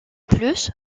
plus